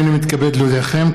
הינני מתכבד להודיעכם,